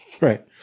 Right